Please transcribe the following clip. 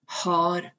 har